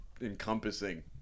encompassing